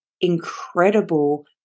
incredible